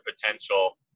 potential